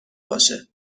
باشه